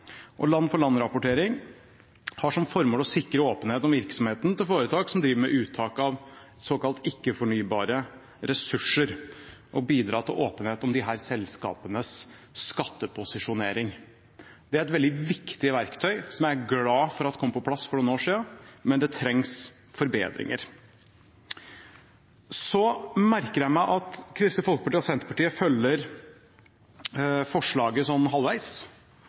har som formål å sikre åpenhet om virksomheten til foretak som driver med uttak av såkalte ikke-fornybare ressurser, og å bidra til åpenhet om disse selskapenes skatteposisjonering. Det er et veldig viktig verktøy, som jeg er glad for kom på plass for noen år siden, men det trengs forbedringer. Så merker jeg meg at Kristelig Folkeparti og Senterpartiet følger forslaget sånn halvveis.